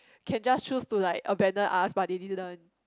can just choose to like abandon us but they didn't